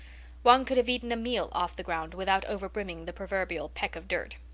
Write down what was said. one could have eaten a meal off the ground without over-brimming the proverbial peck of dirt.